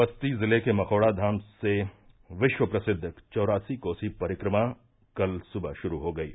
बस्ती जिले के मखौड़ा धाम से विश्व प्रसिद्व चौरासी कोसी परिक्रमा कल सुबह शुरू हो गयी